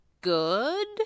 Good